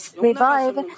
revive